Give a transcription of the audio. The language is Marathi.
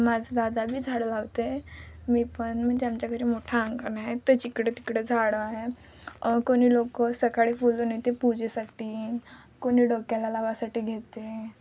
माझा दादा बी झाडं लावते मी पण म्हणजे पण म्हणजे आमच्या घरी मोठं अंगण आहे ते जिकडं तिकडे झाडं आहे कोणी लोकं सकाळी फुलं नेते पूजेसाठी कोणी डोक्याला लावासाठी घेते